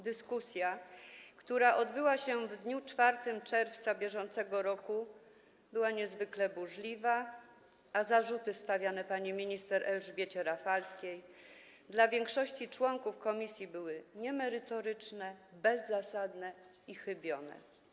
Dyskusja, która odbyła się w dniu 4 czerwca br., była niezwykle burzliwa, a zarzuty stawiane pani minister Elżbiecie Rafalskiej dla większości członków komisji były niemerytoryczne, bezzasadne i chybione.